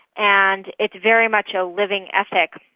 and it's very much a living ethic.